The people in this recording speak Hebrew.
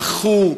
בכו,